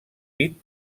dit